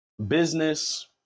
business